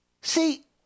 See